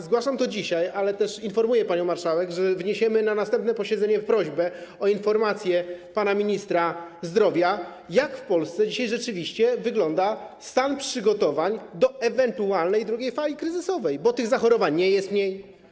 Zgłaszam to dzisiaj, ale też informuję panią marszałek, że wniesiemy na następnym posiedzeniu prośbę o informację pana ministra zdrowia o tym, jak dzisiaj w Polsce rzeczywiście wygląda stan przygotowań do ewentualnej drugiej fali kryzysowej, bo zachorowań nie jest mniej.